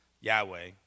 Yahweh